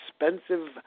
expensive